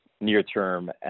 near-term